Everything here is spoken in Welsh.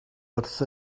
wrth